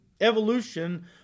Evolution